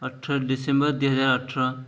ଅଠର ଡିସେମ୍ବର ଦୁଇହଜାର ଅଠର